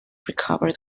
recovered